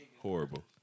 Horrible